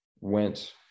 went